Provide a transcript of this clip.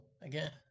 again